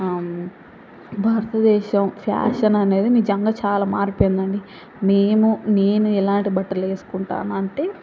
భారతదేశం ఫ్యాషన్ అనేది నిజంగా చాలా మారిపోయిందండి మేము నేను ఎలాంటి బట్టలు వేసుకుంటాను అంటే